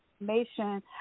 information